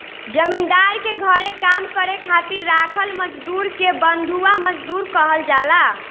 जमींदार के घरे काम करे खातिर राखल मजदुर के बंधुआ मजदूर कहल जाला